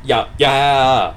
ya ya